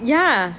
ya